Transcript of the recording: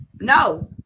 no